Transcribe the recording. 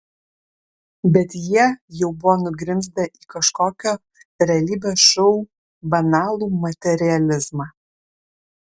bet jie jau buvo nugrimzdę į kažkokio realybės šou banalų materializmą